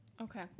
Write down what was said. Okay